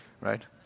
Right